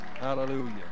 Hallelujah